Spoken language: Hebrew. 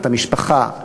אתה משפחה,